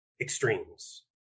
extremes